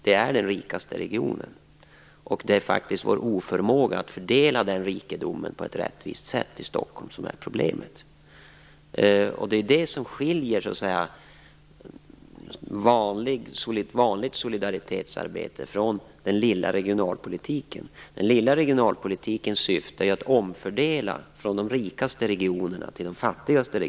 Den är den rikaste regionen, och det är faktiskt vår oförmåga att fördela rikedomen i Stockholmsregionen på ett rättvist sätt som är problemet. Det är det som skiljer vanligt solidaritetsarbete från den lilla regionalpolitiken. Den senare syftar ju till att omfördela från de rikaste regionerna till de fattigaste.